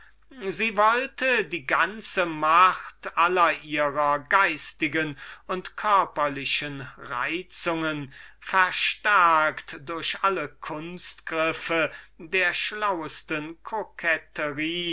sie wollte die ganze vereinigte macht aller ihrer intellektualischen und körperlichen reizungen verstärkt durch alle kunstgriffe der schlauesten